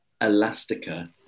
Elastica